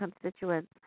constituents